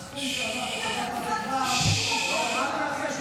הסכום שעבר לטובת החברה הערבית,